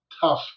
tough